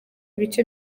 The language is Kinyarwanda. bice